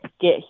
get